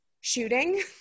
shooting